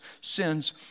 sins